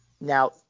now